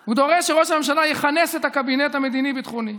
הוא דורש שראש הממשלה יכנס את הקבינט המדיני-ביטחוני,